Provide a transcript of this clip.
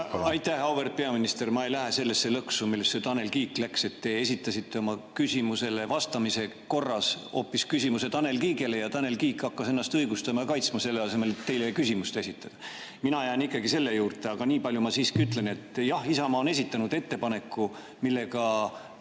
Aitäh! Auväärt peaminister! Ma ei lähe sellesse lõksu, millesse Tanel Kiik läks, et te esitasite oma küsimusele vastamise korras hoopis küsimuse Tanel Kiigele ja Tanel Kiik hakkas ennast õigustama ja kaitsma, selle asemel, et teile küsimust esitada. Mina jään ikkagi selle juurde. Aga nii palju ma siiski ütlen, et jah, Isamaa on esitanud ettepaneku, mille